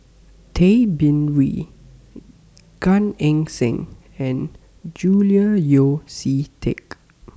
Tay Bin Wee Gan Eng Seng and Julian Yeo See Teck